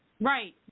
right